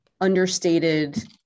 understated